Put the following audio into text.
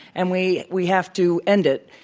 and we we have to end it.